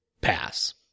Pass